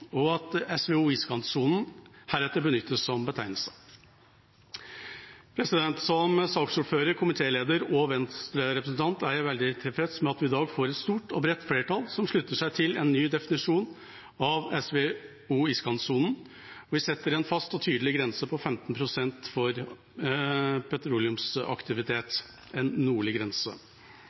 heretter som betegnelse. Som saksordfører, komitéleder og Venstre-representant er jeg veldig tilfreds med at vi i dag får et stort og bredt flertall som slutter seg til en ny definisjon av SVO iskantsonen, og at vi setter en fast og tydelig nordlig grense på 15 pst. for petroleumsaktivitet.